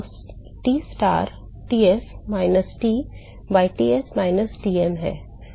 तो Tstar Ts minus T by Ts minus Tm है